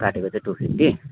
काटेको चाहिँ two fifty